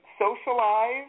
socialize